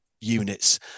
units